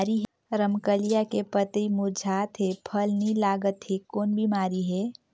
रमकलिया के पतई मुरझात हे फल नी लागत हे कौन बिमारी हे?